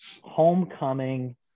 homecoming